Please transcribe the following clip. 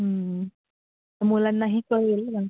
मुलांनाही कळेल